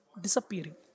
disappearing